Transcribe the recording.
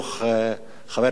חבר הכנסת אלכס מילר,